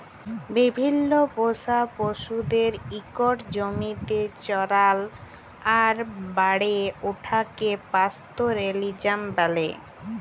বিভিল্ল্য পোষা পশুদের ইকট জমিতে চরাল আর বাড়ে উঠাকে পাস্তরেলিজম ব্যলে